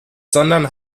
sondern